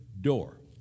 door